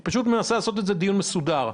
אני פשוט מנסה לעשות דיון מסודר.